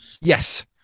Yes